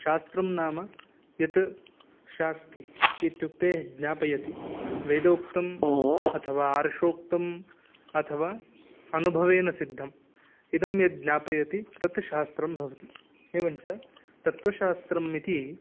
शास्त्रं नाम यत् शास्ति इत्युक्ते ज्ञापयति वेदोक्तम् अथवा आर्षोक्तम् अथवा अनुभवेन सिद्धम् इदं यद् ज्ञापयति तत् शास्त्रं भवति एवञ्च तत्वशास्त्रम् इति